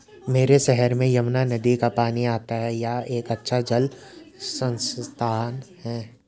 मेरे शहर में यमुना नदी का पानी आता है यह एक अच्छा जल संसाधन है